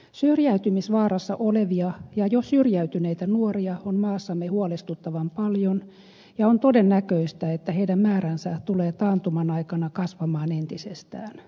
syrjäytymisvaarassa olevia ja jo syrjäytyneitä nuoria on maassamme huolestuttavan paljon ja on todennäköistä että heidän määränsä tulee taantuman aikana kasvamaan entisestään